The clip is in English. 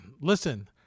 Listen